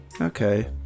Okay